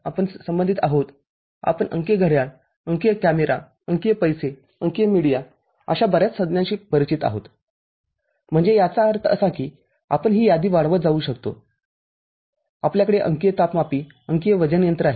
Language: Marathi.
आपण संबंधित आहोत आपण अंकीय घड्याळ अंकीय कॅमेराअंकीय पैसे अंकीय मीडिया अशा बर्याच संज्ञांशी परिचित आहोत म्हणजे याचा अर्थ असा की आपण ही यादी वाढवत जाऊ शकतो आपल्याकडे अंकीय तापमापी अंकीय वजन यंत्र आहे